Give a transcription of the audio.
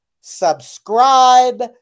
subscribe